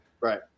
right